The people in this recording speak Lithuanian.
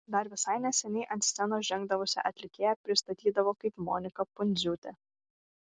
dar visai neseniai ant scenos žengdavusią atlikėją pristatydavo kaip moniką pundziūtę